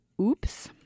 oops